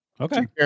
Okay